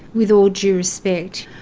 with all due respect,